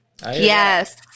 Yes